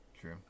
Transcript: true